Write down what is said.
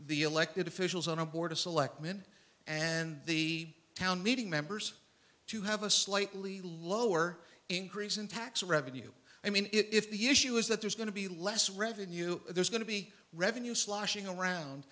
the elected officials on a board of selectmen and the town meeting members to have a slightly lower increase in tax revenue i mean if the issue is that there's going to be less revenue there's going to be revenue sloshing around